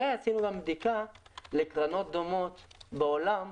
ועשינו גם בדיקה לקרנות דומות בעולם,